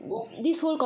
!wah!